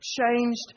changed